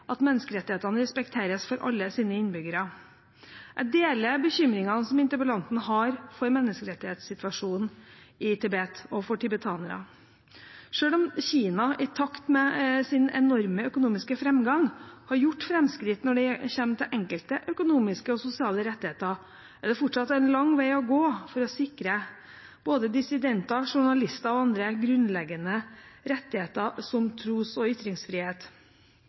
at menneskerettighetene respekteres for alle landets innbyggere. Jeg deler bekymringene som interpellanten har for menneskerettighetssituasjonen i Tibet og for tibetanerne. Selv om Kina, i takt med sin enorme økonomiske fremgang, har gjort fremskritt når det kommer til enkelte økonomiske og sosiale rettigheter, er det fortsatt en lang vei å gå for å sikre dissidenter, journalister og andre grunnleggende rettigheter, som tros- og ytringsfrihet.